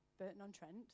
Burton-on-Trent